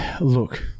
Look